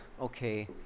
okay